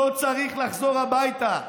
לא צריך לחזור הביתה.